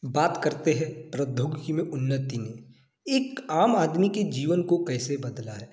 बात करते है प्रौद्योगिकी में उन्नति एक आम आदमी के जीवन को कैसे बदला है